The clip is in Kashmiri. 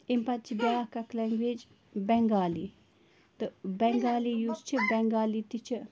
اَمۍ پَتہٕ چھِ بیٛاکھ اَکھ لینٛگویج بٮ۪نٛگالی تہٕ بٮ۪نٛگالی یُس چھِ بٮ۪نٛگالی تہِ چھِ